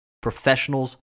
professionals